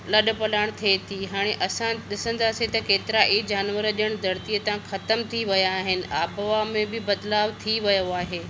लॾ पॾाणु थिए थी हाणे असां ॾिसंदासीं त केतिरा ई जानवर ॼण धरतीअ खां ख़तमु थी विया आहिनि आबहवा में बि बदिलाउ थी वियो आहे